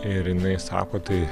ir jinai sako tai